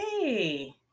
Hey